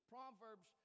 Proverbs